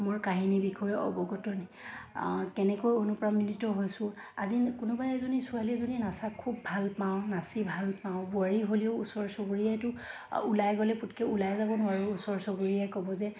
মোৰ কাহিনীৰ বিষয়ে অৱগত কেনেকৈ অনুপ্ৰাণিত হৈছোঁ আজি কোনোবাই এজনী ছোৱালী এজনী নচাত খুব ভাল পাওঁ নাচি ভাল পাওঁ বোৱাৰী হ'লেও ওচৰ চুবুৰীয়াইটো ওলাই গ'লে পতককৈ ওলাই যাব নোৱাৰোঁ ওচৰ চুবুৰীয়াই ক'ব যে